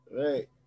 Right